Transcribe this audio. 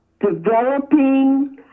developing